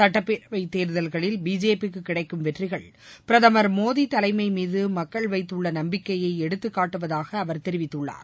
சட்டப்பேரவை தேர்தல்களில் பிஜேபிக்கு கிடைக்கும் வெற்றிகள் பிரதமர் மோடி தலைமை மீது மக்கள் வைத்துள்ள நம்பிக்கையை எடுத்துகாட்டுவதாக அவர் தெரிவித்துள்ளார்